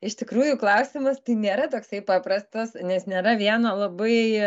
iš tikrųjų klausimas tai nėra toksai paprastas nes nėra vieno labai